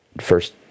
first